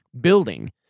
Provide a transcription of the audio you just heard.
building